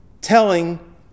telling